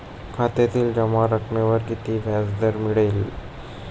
खात्यातील जमा रकमेवर किती व्याजदर मिळेल?